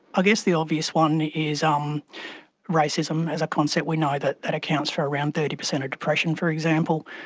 ah guess the obvious one is um racism as a concept, we know that that accounts for around thirty percent of depression, for example.